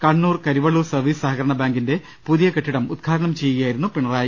Kannur Karivellur service സഹക രണ ബാങ്കിന്റെ പുതിയ കെട്ടിടം ഉദ്ഘാടനം ചെയ്യുക യായിരുന്നു പിണറായി